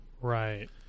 right